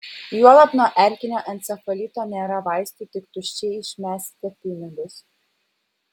juolab nuo erkinio encefalito nėra vaistų tik tuščiai išmesite pinigus